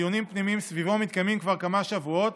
ודיונים פנימיים סביבו מתקיימים כבר כמה שבועות,